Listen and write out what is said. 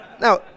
now